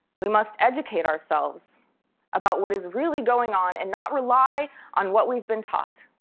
we must educate ourselves about what is really going on, and not rely on what we've been taught.